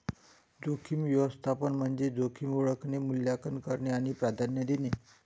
जोखीम व्यवस्थापन म्हणजे जोखीम ओळखणे, मूल्यांकन करणे आणि प्राधान्य देणे